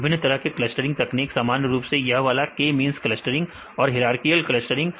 विभिन्न तरह के क्लस्टरिंग तकनीक सामान्य रूप से यह वाला k मींस क्लस्टरिंग और हीरआर्किकल क्लस्टरिंग